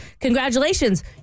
congratulations